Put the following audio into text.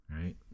Right